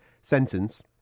sentence